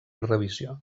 revisió